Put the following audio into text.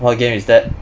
what game is that